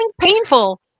painful